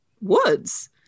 woods